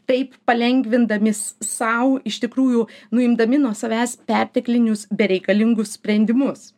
taip palengvindami sau iš tikrųjų nuimdami nuo savęs perteklinius bereikalingus sprendimus